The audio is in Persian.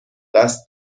قصد